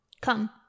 Come